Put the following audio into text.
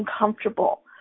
uncomfortable